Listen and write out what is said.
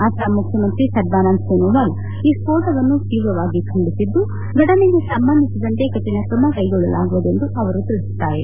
ಅಸ್ಲಾಂ ಮುಖ್ಯಮಂತ್ರಿ ಸರ್ಬಾನಂದ್ ಸೋನೋವಾಲ್ ಈ ಸೋಟವನ್ನು ತೀವ್ರವಾಗಿ ಖಂಡಿಸಿದ್ದು ಫಟನೆಗೆ ಸಂಬಂಧಿಸಿದಂತೆ ಕಠಿಣ ಕ್ರಮ ಕ್ಲೆಗೊಳ್ಳಲಾಗುವುದೆಂದು ಅವರು ತಿಳಿಸಿದ್ದಾರೆ